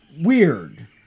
weird